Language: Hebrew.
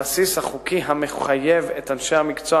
1. האם נכון הדבר?